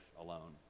alone